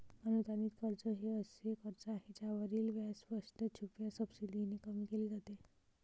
अनुदानित कर्ज हे असे कर्ज आहे ज्यावरील व्याज स्पष्ट, छुप्या सबसिडीने कमी केले जाते